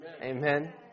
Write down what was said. Amen